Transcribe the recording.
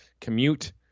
commute